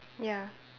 ya